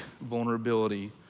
vulnerability